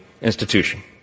institution